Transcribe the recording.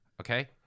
okay